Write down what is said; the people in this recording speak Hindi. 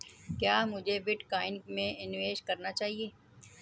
क्या मुझे बिटकॉइन में निवेश करना चाहिए?